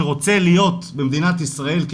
שרוצה להיות במדינת ישראל,